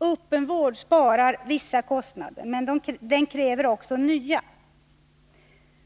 Öppen vård sparar vissa kostnader. Men den kräver också nya.